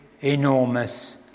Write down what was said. enormous